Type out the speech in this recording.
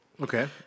Okay